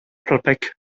public